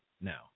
now